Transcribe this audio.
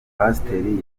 pasiteri